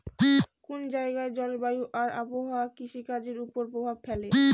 কোন জায়গার জলবায়ু আর আবহাওয়া কৃষিকাজের উপর প্রভাব ফেলে